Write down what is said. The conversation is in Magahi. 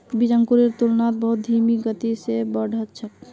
बीज अंकुरेर तुलनात बहुत धीमी गति स बढ़ छेक